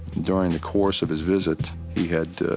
during the course of his visit, he had